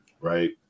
right